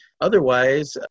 Otherwise